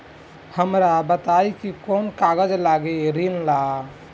हमरा बताई कि कौन कागज लागी ऋण ला?